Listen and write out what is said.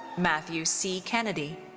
matthew c. kennedy.